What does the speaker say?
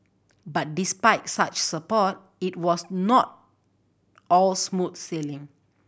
but despite such support it was not all smooth sailing